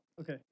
Okay